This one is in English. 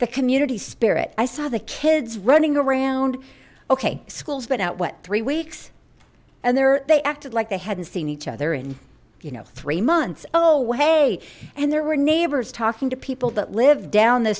the community spirit i saw the kids running around okay school's been out what three weeks and there they acted like they hadn't seen each other and you know three months oh hey and there were neighbors talking to people that live down the